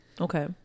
Okay